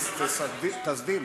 תסדיר.